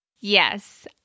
Yes